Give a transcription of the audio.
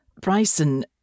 Bryson